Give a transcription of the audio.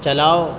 چلاؤ